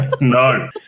no